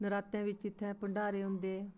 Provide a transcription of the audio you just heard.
नरातें बिच्च इत्थै भण्डारे होंदे